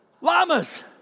Llamas